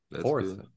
fourth